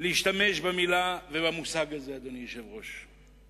להשתמש במושג הזה, אדוני היושב-ראש.